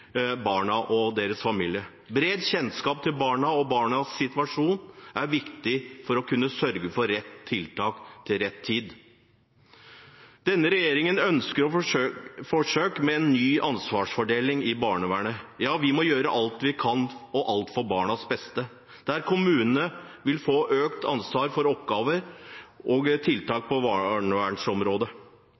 barna og barnas situasjon er viktig for å kunne sørge for rett tiltak til rett tid. Denne regjeringen ønsker forsøk med en ny ansvarsfordeling i barnevernet. Ja, vi må gjøre alt vi kan, og alt for barnas beste, og kommunene vil få økt ansvar for oppgaver og tiltak på